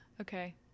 Okay